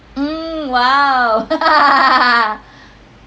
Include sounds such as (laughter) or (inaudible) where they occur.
um !wow! (laughs)